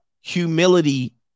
Humility